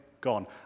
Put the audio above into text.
gone